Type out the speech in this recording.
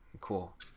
Cool